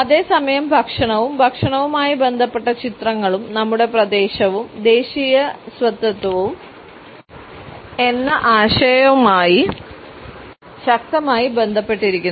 അതേസമയം ഭക്ഷണവും ഭക്ഷണവുമായി ബന്ധപ്പെട്ട ചിത്രങ്ങളും നമ്മുടെ പ്രദേശവും ദേശീയ സ്വത്വവും എന്ന ആശയവുമായി ശക്തമായി ബന്ധപ്പെട്ടിരിക്കുന്നു